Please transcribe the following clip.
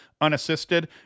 unassisted